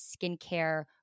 skincare